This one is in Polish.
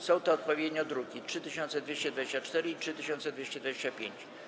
Są to odpowiednio druki nr 3224 i 3225.